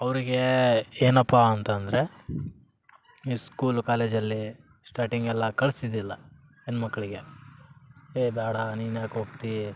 ಅವರಿಗೇ ಏನಪ್ಪಾ ಅಂತಂದರೆ ಈ ಸ್ಕೂಲು ಕಾಲೇಜಲ್ಲಿ ಸ್ಟಾಟಿಂಗೆಲ್ಲ ಕಳಿಸ್ತಿದ್ದಿಲ್ಲ ಹೆಣ್ಣು ಮಕ್ಕಳಿಗೆ ಏ ಬೇಡ ನೀನ್ಯಾಕೆ ಹೋಗ್ತೀ